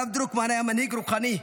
הרב דרוקמן היה מנהיג רוחני,